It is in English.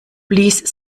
please